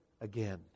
again